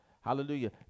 hallelujah